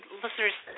listeners